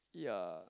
ya